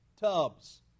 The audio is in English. tubs